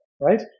right